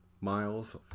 miles